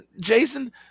Jason